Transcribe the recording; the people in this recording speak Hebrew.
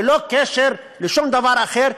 בלי קשר לשום דבר אחר.